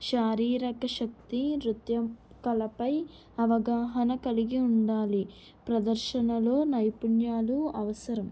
శారీరక శక్తి నృత్యం కళపై అవగాహన కలిగి ఉండాలి ప్రదర్శనలో నైపుణ్యాలు అవసరం